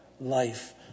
life